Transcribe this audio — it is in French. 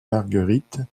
marguerite